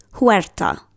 Huerta